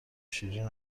شیرین